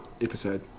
episode